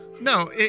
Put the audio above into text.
No